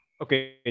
Okay